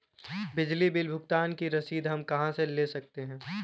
बिजली बिल भुगतान की रसीद हम कहां से ले सकते हैं?